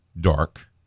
dark